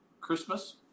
Christmas